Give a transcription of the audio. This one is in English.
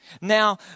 Now